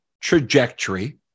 trajectory